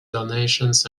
donations